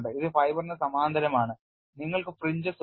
ഇത് ഫൈബറിന് സമാന്തരമാണ് നിങ്ങൾക്ക് ഫ്രിഞ്ചസ്സ് ഉണ്ട്